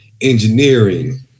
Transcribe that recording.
engineering